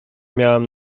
miałam